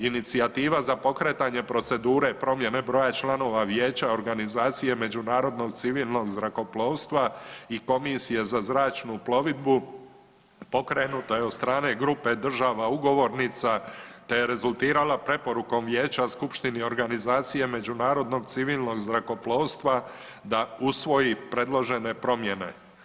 Inicijativa za pokretanje procedure promjene broja članova vijeća Organizacije međunarodnog civilnog zrakoplovstva i Komisije za zračnu plovidbu pokrenuta je od strane grupe država ugovornica, te je rezultirala preporukom vijeća skupštini organizacije međunarodnog civilnog zrakoplovstva da usvoji predložene promjene.